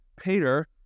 Peter